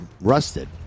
rusted